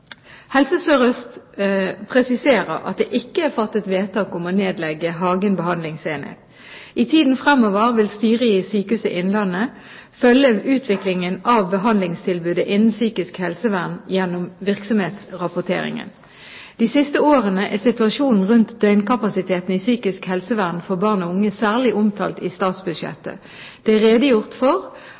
Helse Sør-Øst presiserer at det ikke er fattet vedtak om å nedlegge Hagen behandlingsenhet. I tiden fremover vil styret i Sykehuset Innlandet følge utviklingen av behandlingstilbudet innen psykisk helsevern gjennom virksomhetsrapporteringen. De siste årene er situasjonen rundt døgnkapasiteten i psykisk helsevern for barn og unge særlig omtalt i statsbudsjettet. Det er redegjort for